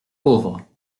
pauvre